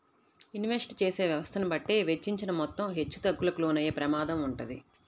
invest చేసే వ్యవస్థను బట్టే వెచ్చించిన మొత్తం హెచ్చుతగ్గులకు లోనయ్యే ప్రమాదం వుంటది